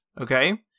okay